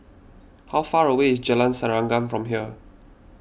how far away is Jalan Serengam from here